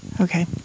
Okay